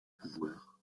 pouvoir